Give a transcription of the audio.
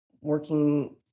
working